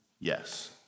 Yes